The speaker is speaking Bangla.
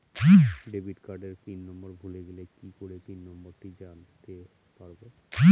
ডেবিট কার্ডের পিন নম্বর ভুলে গেলে কি করে পিন নম্বরটি জানতে পারবো?